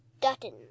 Dutton